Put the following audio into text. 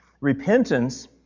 Repentance